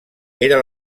era